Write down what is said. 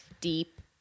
deep